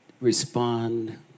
respond